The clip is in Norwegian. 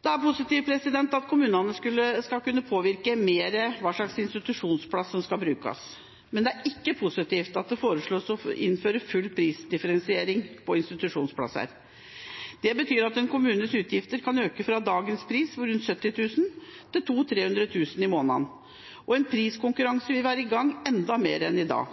Det er positivt at kommunene skal kunne påvirke hvilke institusjonsplasser som skal brukes. Men det er ikke positivt at det foreslås å innføre full prisdifferensiering på institusjonsplasser. Dette betyr at en kommunes utgifter kan øke fra dagens pris på rundt 70 000 kr til opptil 300 000 kr i måneden, og en priskonkurranse vil være i gang enda mer enn i dag.